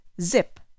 Zip